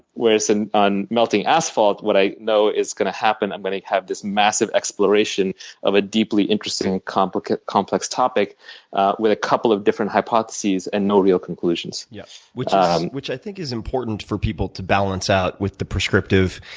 whereas and on melting asphalt, what i know is going to happen is i'm going to have this massive exploration of a deeply interesting complex complex topic with a couple of different hypotheses and no real conclusions. yeah which um which i think is important for people to balance out with the prescriptive